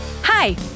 Hi